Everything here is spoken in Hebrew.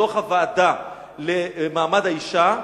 בתוך הוועדה למעמד האשה,